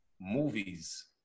movies